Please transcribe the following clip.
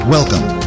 Welcome